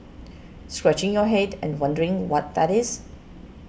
scratching your head and wondering what that is